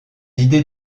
idées